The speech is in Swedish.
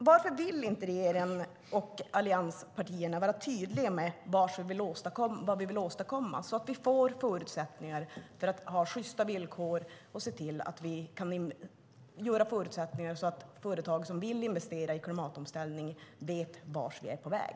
Varför vill inte regeringen och allianspartierna vara tydliga med vad vi vill åstadkomma så att vi får förutsättningar för att ha sjysta villkor och se till att vi kan ge förutsättningar så att företag som vill investera i klimatomställning vet vart vi är på väg?